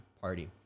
party